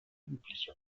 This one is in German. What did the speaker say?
übliche